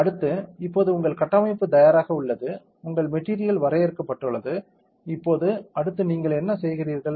அடுத்து இப்போது உங்கள் கட்டமைப்பு தயாராக உள்ளது உங்கள் மெட்டீரியல் வரையறுக்கப்பட்டுள்ளது இப்போது அடுத்து நீங்கள் என்ன செய்கிறீர்கள்